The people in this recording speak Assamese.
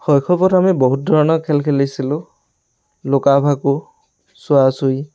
শৈশৱত আমি বহুত ধৰণৰ খেল খেলিছিলোঁ লুকা ভাকু চুৱাচুই